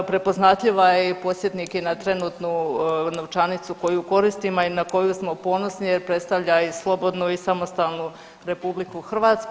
Prepoznatljiva je i podsjetnik je trenutnu novčanicu koju koristimo i na koju smo ponosni jer predstavlja i slobodnu i samostalnu RH.